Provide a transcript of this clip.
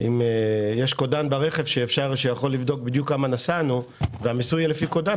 אם יש קודן ברכב שיכול לבדוק בדיוק כמה נסענו והמיסוי לפי קודן,